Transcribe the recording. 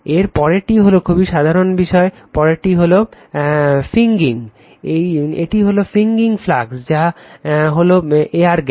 এর পরেরটি হল খুব সাধারণ বিষয় পরেরটি হল ফ্রিংগিং এটি হল ফ্রিংগিং ফ্লাক্স যা হলো এয়ার গ্যাপ